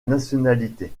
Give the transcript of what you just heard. nationalité